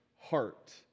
heart